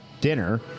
dinner